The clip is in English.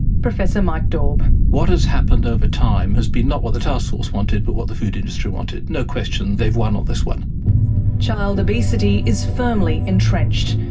mike daube what has happened over time has been not what the taskforce wanted, but what the food industry wanted. no question, they've won on this one child obesity is firmly entrenched,